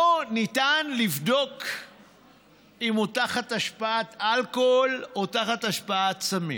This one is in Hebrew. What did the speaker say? לא ניתן לבדוק אם הוא תחת השפעת אלכוהול או תחת השפעת סמים.